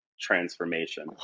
transformation